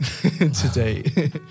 today